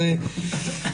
סגל,